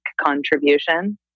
contribution